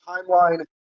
timeline